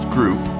Group